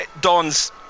Don's